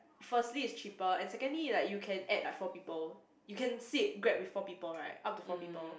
firstly is cheaper and secondly like you can add like four people you can sit Grab with like four people right up to four people